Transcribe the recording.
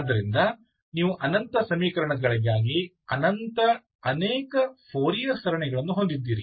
ಆದ್ದರಿಂದ ನೀವು ಅನಂತ ಸಮೀಕರಣಗಳಿಗಾಗಿ ಅನಂತ ಅನೇಕ ಫೋರಿಯರ್ ಸರಣಿಗಳನ್ನು ಹೊಂದಿದ್ದೀರಿ